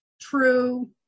true